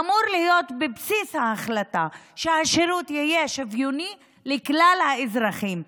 אמור להיות בבסיס ההחלטה שהשירות יהיה שוויוני לכלל האזרחים,